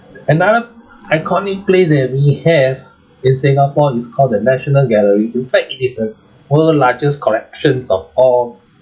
another iconic place that we have in singapore is called the national gallery in fact it is the world largest collections of all